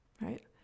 Right